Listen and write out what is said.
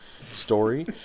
story